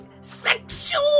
Sexual